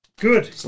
Good